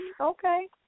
okay